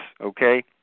okay